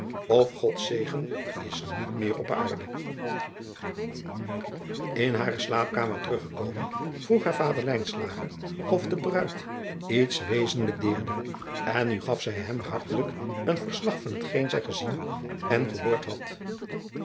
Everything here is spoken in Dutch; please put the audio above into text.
of ods zegen is niet meer op aarde n hare slaapkamer teruggekomen vroeg haar ader of de ruid iets wezenlijk deerde en nu gaf zij hem hartelijk een verslag van hetgeen zij gezien en gehoord had